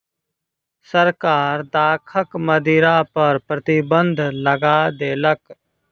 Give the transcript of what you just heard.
सरकार दाखक मदिरा पर प्रतिबन्ध लगा देलक